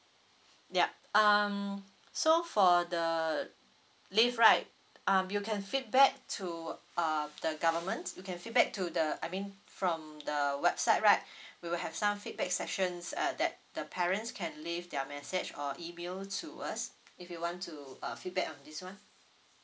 yup um so for the leave right um you can feedback to uh the government you can feedback to the I mean from the website right we will have some feedback sessions uh that the parents can leave their message or email to us if you want to uh feedback on this [one]